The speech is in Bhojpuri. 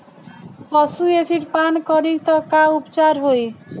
पशु एसिड पान करी त का उपचार होई?